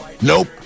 Nope